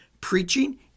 preaching